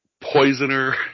poisoner